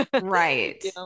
Right